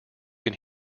can